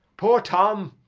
poor tom